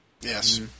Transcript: Yes